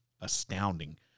astounding